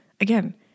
again